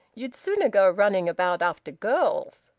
ye'd sooner go running about after girls.